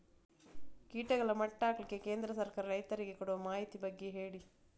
ಕೀಟಗಳ ಮಟ್ಟ ಹಾಕ್ಲಿಕ್ಕೆ ಕೇಂದ್ರ ಸರ್ಕಾರ ರೈತರಿಗೆ ಕೊಡುವ ಮಾಹಿತಿಯ ಬಗ್ಗೆ ಹೇಳಿ